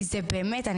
אני